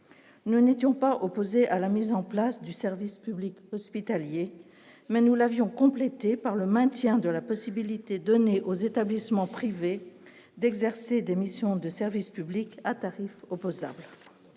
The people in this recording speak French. nous n'étions pas opposés à la mise en place du service public hospitalier mais nous l'avions complété par le maintien de la possibilité donnée aux établissements privés d'exercer des missions de service public à tarif opposable